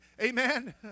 Amen